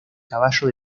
caballo